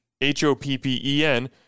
H-O-P-P-E-N